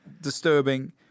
disturbing